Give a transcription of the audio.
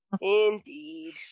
Indeed